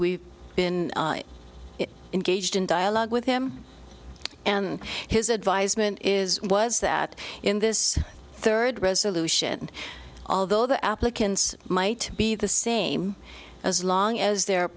we've been engaged in dialogue with him and his advisement is was that in this third resolution although the applicants might be the same as long as the